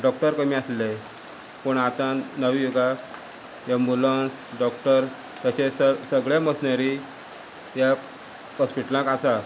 doctor कमी आसले पूण आतां नवी युगाक एम्बुलन्स डॉक्टर तशें स सगळे मशिनरी ह्या हॉस्पिटलांक आसा